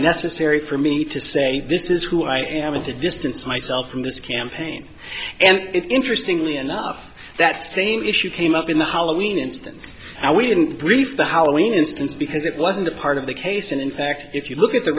necessary for me to say this is who i am and to distance myself from this campaign and interestingly enough that same issue came up in the hollowing instance how we didn't brief the hollowing instance because it wasn't a part of the case and in fact if you look at the